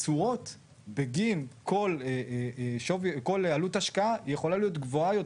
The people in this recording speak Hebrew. התשואות בגין כל עלות השקעה יכולה להיות גבוהה יותר,